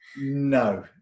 No